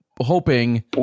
hoping